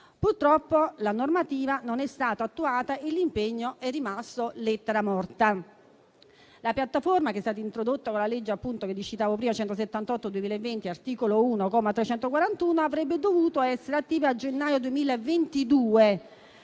Purtroppo la normativa non è stata attuata e l'impegno è rimasto lettera morta. La piattaforma, che è stata introdotta con la legge che citavo prima, la n. 178 del 2020, articolo 1, comma 341, avrebbe dovuto essere attiva a gennaio 2022,